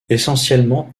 essentiellement